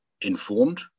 informed